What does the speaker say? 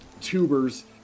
tubers